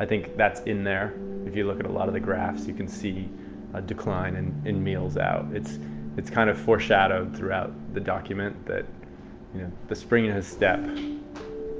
i think that's in there if you look at a lot of the graphs, you can see a decline and in meals out. it's it's kind of foreshadowed throughout the document that the spring in his step